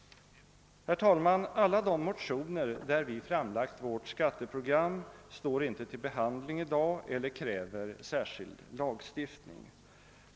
Herr talman! Alla de motioner i vilka vi framlagt vårt skatteprogram är inte uppe till behandling i dag eller kräver särskild lagstiftning.